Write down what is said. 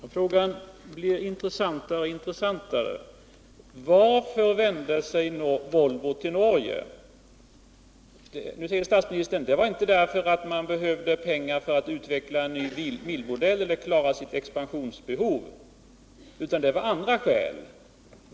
Herr talman! Frågan blir intressantare och intressantare: Varför vände sig Volvo till Norge? Nu säger statsministern: Det var inte därför att Volvo behövde pengar för att utveckla en ny bilmodell eller klara sitt expansionsbehov, utan det var av andra skäl.